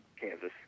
Kansas